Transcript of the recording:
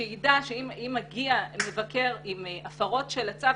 שידע שאם מגיע מבקר עם הפרות של הצו,